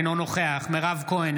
אינו נוכח מירב כהן,